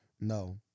No